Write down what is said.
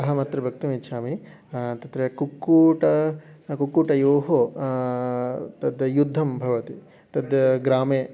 अहम् अत्र वक्तुमिच्छामि तत्र कुक्कुटः कुक्कुटयोः तद् युद्धं भवति तद् ग्रामे